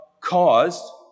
caused